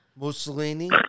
Mussolini